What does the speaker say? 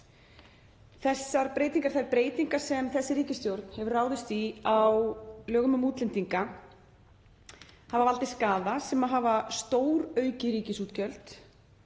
Þær breytingar sem þessi ríkisstjórn hefur ráðist í á lögum um útlendinga hafa valdið skaða sem hefur stóraukið ríkisútgjöld,